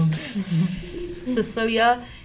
Cecilia